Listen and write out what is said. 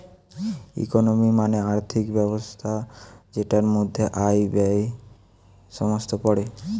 economy মানে আর্থিক ব্যবস্থা যেটার মধ্যে আয়, ব্যয়ে সমস্ত পড়ে